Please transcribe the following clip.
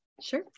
Sure